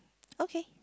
okay